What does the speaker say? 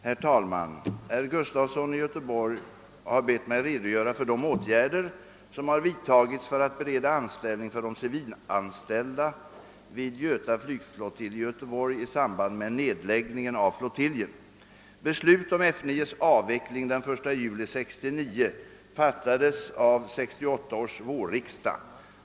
Herr talman! Herr Gustafson i Göteborg har bett mig redogöra för de åtgärder som har vidtagits för att bereda anställning för de civilanställda vid Göta flygflottilj i Göteborg i samband med nedläggningen av flottiljen. Beslut om F 9:s avveckling den 1 juli 1969 fattades av 1968 års vårriksdag.